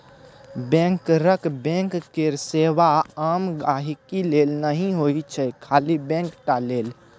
बैंकरक बैंक केर सेबा आम गांहिकी लेल नहि होइ छै खाली बैंक टा लेल